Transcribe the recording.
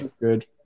good